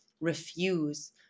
refuse